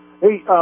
Hey